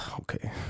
okay